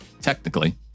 technically